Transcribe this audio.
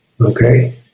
Okay